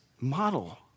model